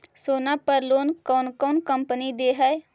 सोना पर लोन कौन कौन कंपनी दे है?